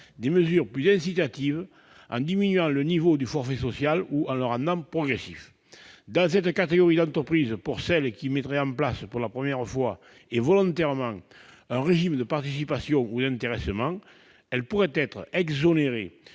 des mesures plus incitatives en diminuant le niveau du forfait social ou en le rendant progressif. Les entreprises de cette catégorie qui mettraient en place pour la première fois, et volontairement, un régime de participation ou d'intéressement pourraient être exonérées